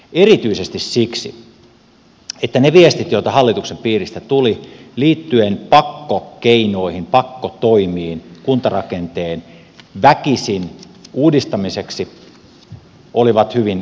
erityisesti siksi että ne viestit joita hallituksen piiristä tuli liittyen pakkokeinoihin pakkotoimiin kuntarakenteen väkisin uudistamiseksi olivat hyvin ristiriitaisia